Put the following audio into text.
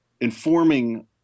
informing